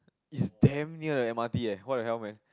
is damn near the M_R_T eh what the hell man